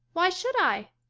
why should i?